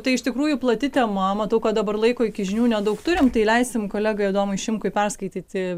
tai iš tikrųjų plati tema matau kad dabar laiko iki žinių nedaug turim tai leisim kolegai adomui šimkui perskaityti